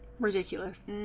ridiculous and